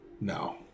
No